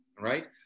right